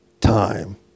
time